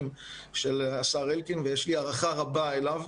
של השר אלקין ויש לי הערכה רבה אליו,